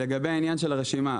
לגבי העניין של הרשימה,